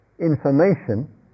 information